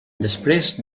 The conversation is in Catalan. després